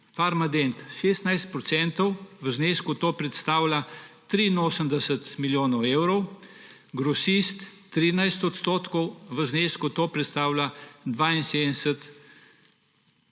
procentov, v znesku to predstavlja 83 milijonov evrov, Grosist 13 odstotkov, v znesku to predstavlja 72 milijonov evrov.